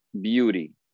beauty